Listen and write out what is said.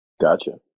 Gotcha